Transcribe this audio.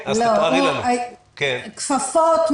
כפפות,